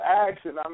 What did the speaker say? action